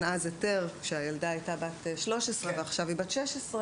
היתר כשהילדה הייתה בת 13 ועכשיו היא בת 16,